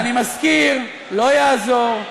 ואני מזכיר: לא יעזור,